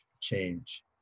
change